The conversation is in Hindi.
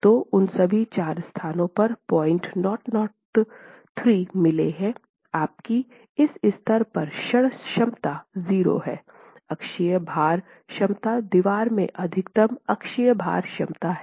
तो उन सभी चार स्थानों पर 0003 मिले हैं आपकी इस स्तर पर क्षण क्षमता 0 है अक्षीय भार क्षमता दीवार में अधिकतम अक्षीय भार क्षमता हैं